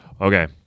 Okay